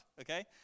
okay